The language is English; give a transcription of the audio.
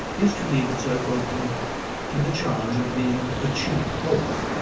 is to leave itself open to the charge of being a cheap hawk,